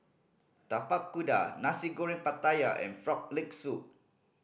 Tapak Kuda Nasi Goreng Pattaya and Frog Leg Soup